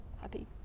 happy